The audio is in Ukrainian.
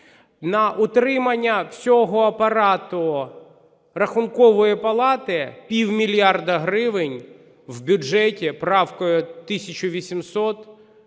На утримання всього апарату Рахункової палати пів мільярда гривень в бюджеті правкою 1800 є